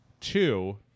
two